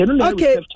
Okay